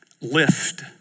Lift